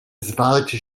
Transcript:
zwarcie